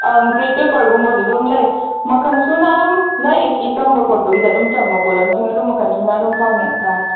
ꯑꯪ ꯀ꯭ꯔꯤꯌꯦꯠ ꯄꯦꯄꯔꯒꯨꯝꯕꯁꯨ ꯑꯗꯨꯝ ꯂꯩ ꯃꯈꯟ ꯁꯨꯅ ꯑꯗꯨꯝ ꯂꯥꯏꯔꯤꯛꯀꯤ ꯇꯝꯕ ꯈꯣꯠꯄꯒꯤꯗ ꯑꯗꯨꯝ ꯆꯪꯕ ꯄꯣꯠꯂꯝꯁꯤꯡ ꯑꯗꯨꯝ ꯃꯈꯟꯁꯨꯅ ꯑꯗꯨꯝ ꯐꯪꯉꯤ ꯍꯥꯏꯇꯥꯔꯦ